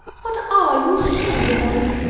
what are you sniggering at?